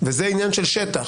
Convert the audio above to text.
וזה עניין של שטח,